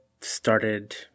started